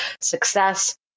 success